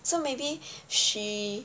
so maybe she